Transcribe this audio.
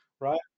right